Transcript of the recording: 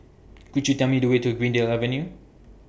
Could YOU Tell Me The Way to Greendale Avenue